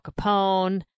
Capone